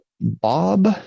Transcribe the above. Bob